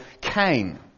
Cain